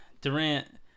Durant